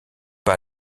pas